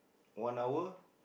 one hour